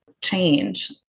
change